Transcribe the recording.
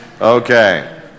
Okay